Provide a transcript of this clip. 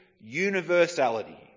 universality